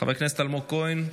חבר הכנסת אלמוג כהן,